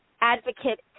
advocate